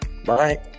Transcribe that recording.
Bye